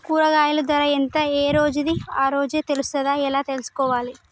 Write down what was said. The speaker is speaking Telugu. కూరగాయలు ధర ఎంత ఏ రోజుది ఆ రోజే తెలుస్తదా ఎలా తెలుసుకోవాలి?